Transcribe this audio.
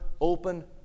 open